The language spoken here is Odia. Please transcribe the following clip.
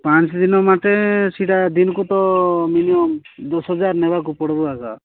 ପାଞ୍ଚଦିନ ମାତ୍ରେ ସେଇଟା ଦିନକୁ ତ ମିନିମମ୍ ଦଶ ହଜାର ନେବାକୁ ପଡ଼ିବ ଏକା